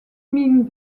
minh